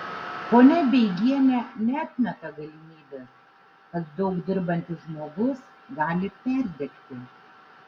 ponia beigienė neatmeta galimybės kad daug dirbantis žmogus gali perdegti